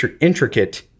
intricate